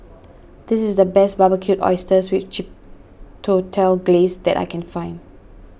this is the best Barbecued Oysters with Chipotle Glaze that I can find